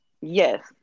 Yes